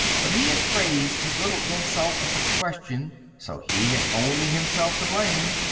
but he had phrased his little insult as a question so he had only himself to blame.